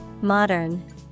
Modern